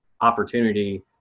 opportunity